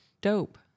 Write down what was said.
dope